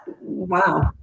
wow